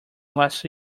last